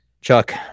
Chuck